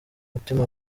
mutima